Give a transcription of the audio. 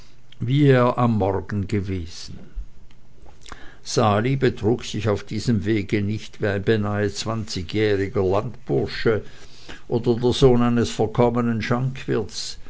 wie er am morgen gewesen war sali betrug sich auf diesem wege nicht wie ein beinahe zwanzigjähriger landbursche oder der sohn eines verkommenen